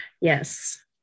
yes